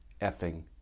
effing